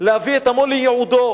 להביא את עמו לייעודו.